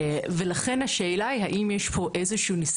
ולכן השאלה היא האם יש פה ניסיון